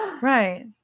Right